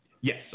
Yes